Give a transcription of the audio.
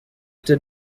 did